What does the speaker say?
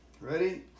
Ready